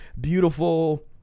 beautiful